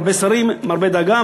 מרבה שרים מרבה דאגה,